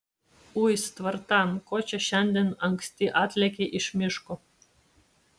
uis tvartan ko čia šiandien anksti atlėkei iš miško